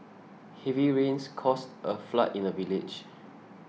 heavy rains caused a flood in the village